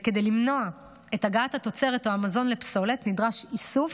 כדי למנוע את הגעת התוצרת או המזון לפסולת נדרשים איסוף,